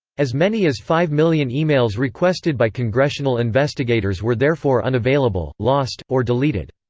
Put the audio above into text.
as many as five million emails requested by congressional investigators were therefore unavailable, lost, or deleted.